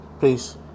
peace